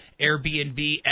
Airbnb